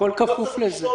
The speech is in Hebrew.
הכול כפוף לזה.